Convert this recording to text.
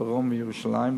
דרום וירושלים,